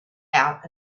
out